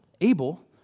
Abel